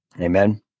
Amen